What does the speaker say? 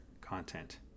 content